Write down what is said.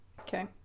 Okay